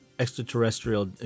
extraterrestrial